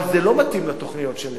אבל זה לא מתאים לתוכניות של נתניהו.